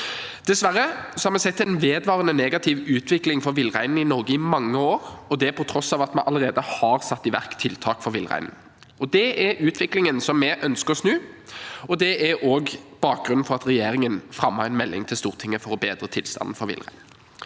Dessverre har vi sett en vedvarende negativ utvikling for villreinen i Norge i mange år, og det på tross av at vi allerede har satt i verk tiltak for villreinen. Det er en utvikling som vi ønsker å snu, og det er også bakgrunnen for at regjeringen fremmet en melding til Stortinget for å bedre tilstanden for villreinen.